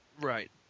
Right